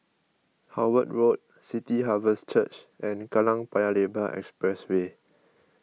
Howard Road City Harvest Church and Kallang Paya Lebar Expressway